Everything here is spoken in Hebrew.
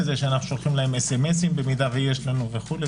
שולחים סמ"סים וכו',